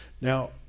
Now